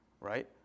right